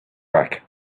back